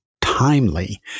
timely